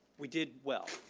we did well,